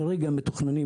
כרגע מתוכננים,